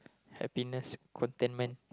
happiness contentment